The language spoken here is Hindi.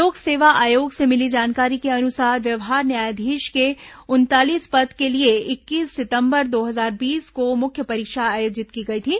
लोक सेवा आयोग से मिली जानकारी के अनुसार व्यवहार न्यायाधीश के उनतालीस पद के लिए इक्कीस सितंबर दो हजार बीस को मुख्य परीक्षा आयोजित की गई थी